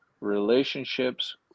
relationships